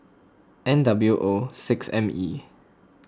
N W O six M E